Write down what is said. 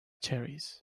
cherries